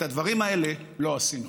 את הדברים האלה לא עשינו.